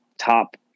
top